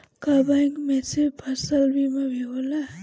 का बैंक में से फसल बीमा भी होला?